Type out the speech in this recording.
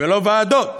ולא ועדות.